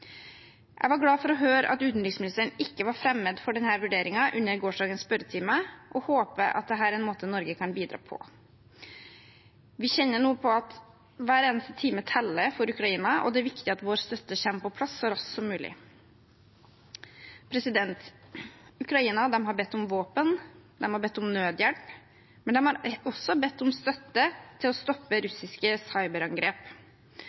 Jeg var glad for å høre at utenriksministeren ikke var fremmed for denne vurderingen under gårsdagens spørretime, og jeg håper at dette er en måte Norge kan bidra på. Vi kjenner nå på at hver eneste time teller for Ukraina, og det er viktig at vår støtte kommer på plass så raskt som mulig. Ukraina har bedt om våpen, de har bedt om nødhjelp, men de har også bedt om støtte til å stoppe